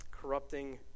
corrupting